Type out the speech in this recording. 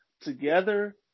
together